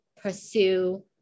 pursue